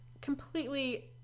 completely